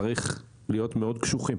צריך להיות מאוד קשוחים